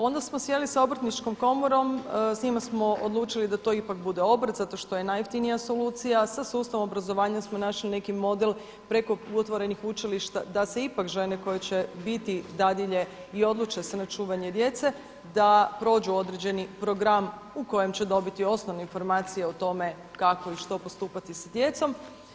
Onda smo sjeli sa Obrtničkom komorom, s njima smo odlučili da to ipak bude obrt zato što je najjeftinija solucija sa sustavom obrazovanja smo našli neki model preko otvorenih učilišta, da se ipak žene koje će biti dadilje i odluče se na čuvanje djece, da prođu određeni program u kojem će dobiti osnovne informacije o tome kako i što postupati sa djecom.